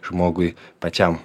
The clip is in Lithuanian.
žmogui pačiam